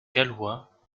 gallois